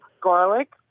garlic